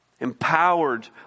empowered